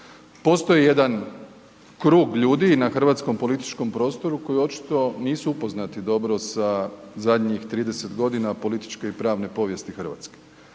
Postoji jedan krug ljudi na hrvatskom političkom prostoru koji očito nisu upoznati dobro sa zadnjih 30 godina političke i pravne povijesti Hrvatske,